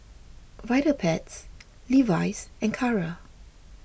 Vitapets Levi's and Kara